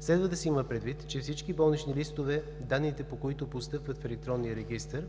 Следва да се има предвид, че всички болнични листове – данните, по които постъпват в електронния регистър